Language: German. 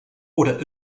oder